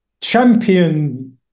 champion